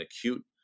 acute